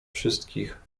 wszystkich